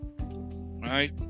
right